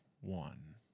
one